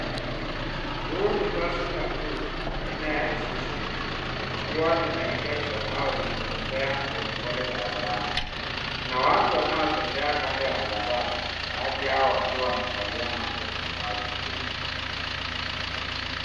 Huu ni basi la buluu , aina ya isuzu likiwa limeegeshwa au linatembea polepole barabarani . Kuna watu wanaotembea kando ya barabara baadhi yao wakiwa wamevalia makoti au jaketi.